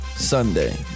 Sunday